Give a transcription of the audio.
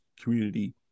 community